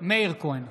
מאיר כהן,